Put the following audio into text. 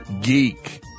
Geek